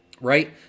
Right